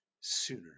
sooner